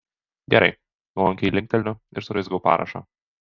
gerai nuolankiai linkteliu ir suraizgau parašą